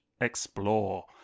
explore